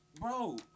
bro